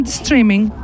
streaming